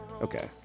Okay